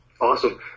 awesome